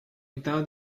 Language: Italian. interno